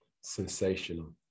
Sensational